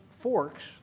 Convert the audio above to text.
forks